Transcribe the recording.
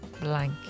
blank